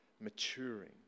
maturing